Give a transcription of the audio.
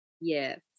yes